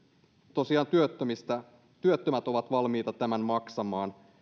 tosiaan työttömät ovat valmiita tämän maksamaan